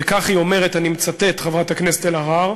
וכך היא אומרת, אני מצטט, חברת הכנסת אלהרר: